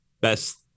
best